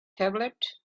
tablet